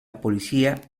policía